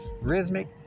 rhythmic